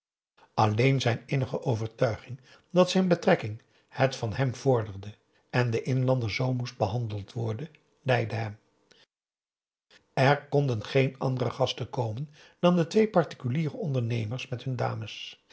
alleen zijn innige overtuiging dat zijn betrekking het van hem vorderde en de inlander z moest behandeld worden leidde hem er konden geen andere gasten komen dan de twee particuliere ondernemers met hun dames